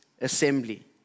assembly